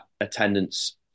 attendance